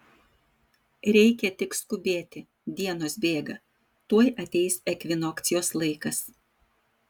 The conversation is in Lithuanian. reikia tik skubėti dienos bėga tuoj ateis ekvinokcijos laikas